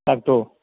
ꯍꯤꯗꯥꯛꯇꯣ